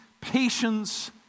patience